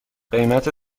قیمت